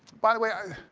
by the way,